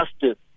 justice